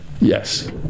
Yes